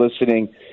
listening